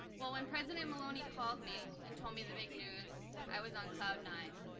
well, when president maloney called me and told me the big news, i was on cloud nine.